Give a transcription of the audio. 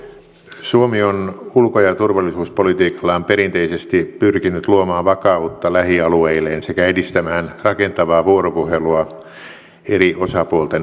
suomi on ulko ja turvallisuuspolitiikallaan perinteisesti pyrkinyt luomaan vakautta lähialueilleen sekä edistämään rakentavaa vuoropuhelua eri osapuolten välillä